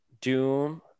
doom